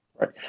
Right